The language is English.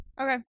Okay